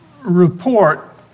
report